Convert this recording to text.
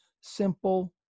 simple